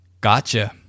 Gotcha